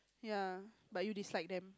ya but you dislike them